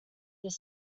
this